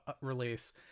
release